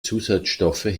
zusatzstoffe